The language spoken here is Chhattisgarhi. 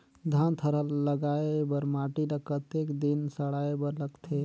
धान थरहा लगाय बर माटी ल कतेक दिन सड़ाय बर लगथे?